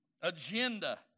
agenda